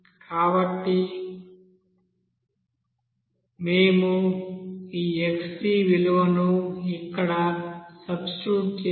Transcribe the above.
కాబట్టి మేము ఈ xD విలువను ఇక్కడ సబ్స్టిట్యూట్ చేస్తే